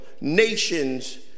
nations